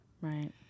Right